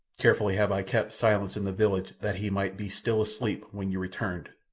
carefully have i kept silence in the village that he might be still asleep when you returned.